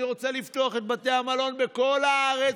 אני רוצה לפתוח את בתי המלון בכל הארץ,